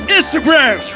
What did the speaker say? Instagram